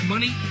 Money